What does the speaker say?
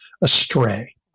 astray